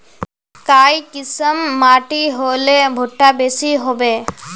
काई किसम माटी होले भुट्टा बेसी होबे?